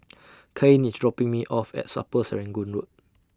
Cain IS dropping Me off At Road